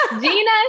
Gina